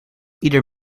ieder